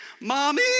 Mommy